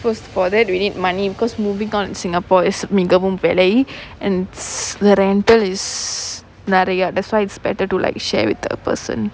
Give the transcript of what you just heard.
first for that we need money because moving out in singapore is மிகவும் விலை:migavum vilai and the rental is நிறையா:niraiyaa that's why it's better to like share with the person